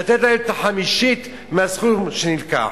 לתת להם את החמישית מהסכום שנלקח.